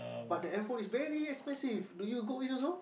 but then handphone is very expensive do you go in also